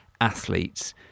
athletes